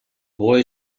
boy